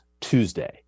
Tuesday